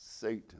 Satan